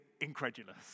incredulous